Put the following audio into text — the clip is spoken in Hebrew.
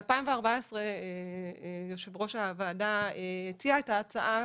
ב-2014 יושב ראש הוועדה הציע את ההצעה,